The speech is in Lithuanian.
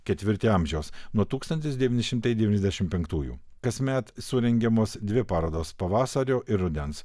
ketvirtį amžiaus nuo tūkstantis devyni šimtai devyniasdešim penktųjų kasmet surengiamos dvi parodos pavasario ir rudens